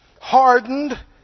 Hardened